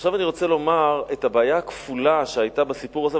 ועכשיו אני רוצה לומר מה הבעיה הכפולה שהיתה בסיפור הזה,